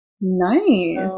Nice